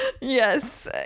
yes